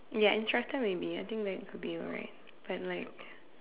ya instructor maybe I think that could be alright but like